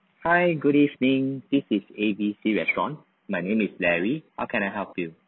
hi good evening this is A B C restaurant my name is larry how can I help you